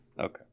Okay